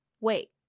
wait